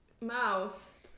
mouth